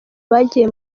bagiye